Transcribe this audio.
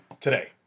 today